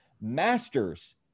masters